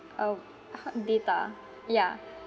uh ho~ data ya